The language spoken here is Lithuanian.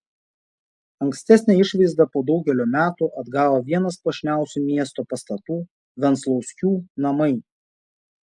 ankstesnę išvaizdą po daugelio metų atgavo vienas puošniausių miesto pastatų venclauskių namai